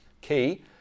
Key